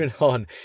on